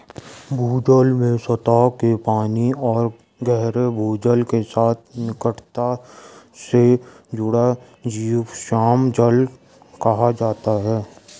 भूजल में सतह के पानी और गहरे भूजल के साथ निकटता से जुड़ा जीवाश्म जल कहा जाता है